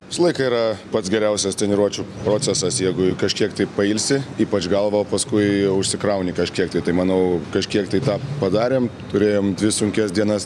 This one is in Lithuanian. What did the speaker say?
visą laiką yra pats geriausias treniruočių procesas jeigu kažkiek tai pailsi ypač galvą paskui jau užsikrauni kažkiek tai tai manau kažkiek tai tą padarėm turėjom dvi sunkias dienas